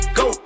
go